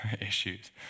issues